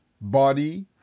body